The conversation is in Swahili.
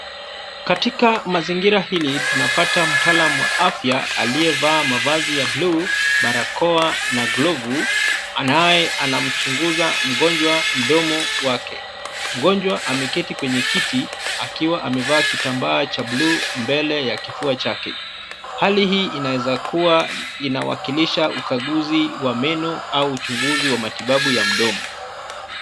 Katika mazingira hili tunapata mtaalam wa afya aliyevaa mavazi ya buluu, barakoa, na glovu anaye anamchunguza mgonjwa mdomo wake. Mgonjwa ameketi kwenye kiti akiwa amevaa kitambaa cha buluu mbele ya kifua chake. Hali hii inaweza kuwa inawakilisha ukaguzi wa meno au uchunguzi wa matibabu ya mdomo.